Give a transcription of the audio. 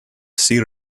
sir